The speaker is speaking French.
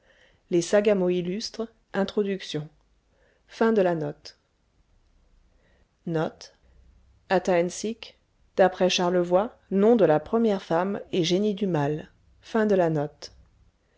les sagamos illustres introduction at d'après charlevoix nom de la première femme et génie du mal